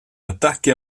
attacchi